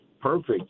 perfect